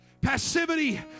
Passivity